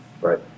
Right